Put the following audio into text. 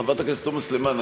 חברת הכנסת תומא סלימאן,